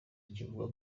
kivuga